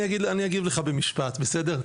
אני אגיב לך במשפט, בסדר?